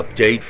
update